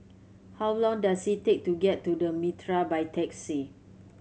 how long does it take to get to The Mitraa by taxi